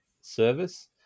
service